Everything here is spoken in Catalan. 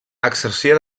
exercia